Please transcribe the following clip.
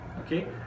okay